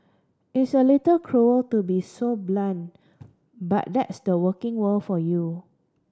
it's a little cruel to be so blunt but that's the working world for you